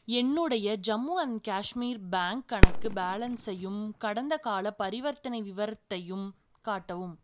என்னுடைய Jammu and Kashmir bank கணக்கு பேலன்ஸையும் கடந்தகால பரிவர்த்தனை விவரத்தையும் காட்டவும்